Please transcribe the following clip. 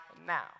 now